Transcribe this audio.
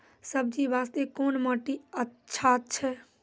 सब्जी बास्ते कोन माटी अचछा छै?